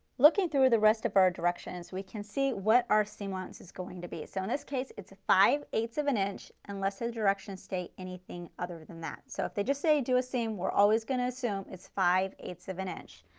looking through the rest of our directions, we can see what our seam allowance is going to be. so in this case itis a five eight ths of an inch unless the direction state anything other than that. so if they just say, do a seam, we are always going to assume, it's five eight ths of an inch.